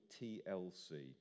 TLC